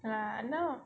ya now